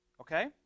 Okay